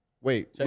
Wait